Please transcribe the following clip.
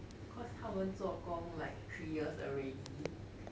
cause 他们做工 like three years already